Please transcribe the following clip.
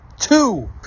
Two